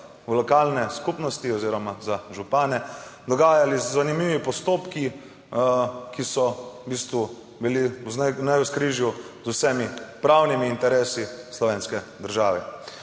v lokalne skupnosti oziroma za župane dogajali zanimivi postopki, ki so bili v bistvu v navzkrižju z vsemi pravnimi interesi slovenske države.